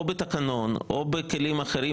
או בתקנון או בכלים אחרים,